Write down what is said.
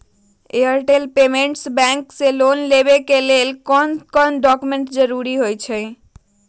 Airtel payments bank से loan लेवे के ले कौन कौन डॉक्यूमेंट जरुरी होइ?